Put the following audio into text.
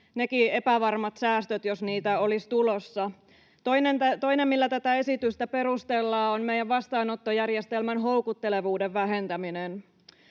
ne epävarmatkin säästöt, jos niitä olisi tulossa. Toinen, millä tätä esitystä perustellaan, on meidän vastaanottojärjestelmän houkuttelevuuden vähentäminen.